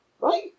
Right